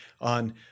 on